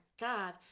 god